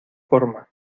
forma